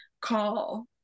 call